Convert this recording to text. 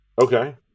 Okay